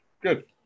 Good